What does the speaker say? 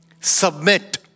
Submit